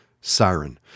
Siren